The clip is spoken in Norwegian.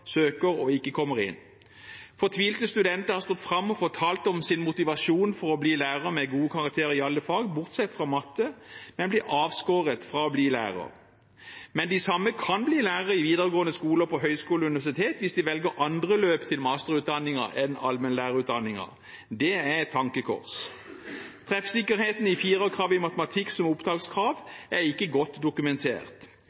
søker og ikke kommer inn. Fortvilte studenter har stått fram og fortalt om sin motivasjon for å bli lærer, med gode karakterer i alle fag bortsett fra matte, men de blir avskåret fra å bli lærer. Men de samme kan bli lærere i videregående skole og på høyskole og universitet hvis de velger andre løp til masterutdanningen enn allmennlærerutdanningen. Det er et tankekors. Treffsikkerheten i karakteren 4 i matematikk som